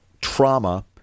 trauma